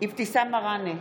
אבתיסאם מראענה,